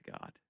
God